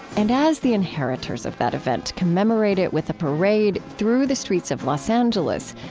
and as the inheritors of that event commemorate it with a parade through the streets of los angeles,